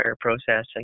processing